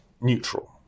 neutral